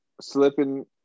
slipping